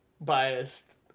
biased